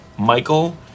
Michael